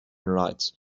rights